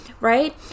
right